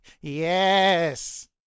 yes